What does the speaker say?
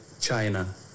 China